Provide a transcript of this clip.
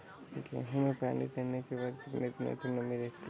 गेहूँ में पानी देने के बाद कितने दिनो तक नमी रहती है?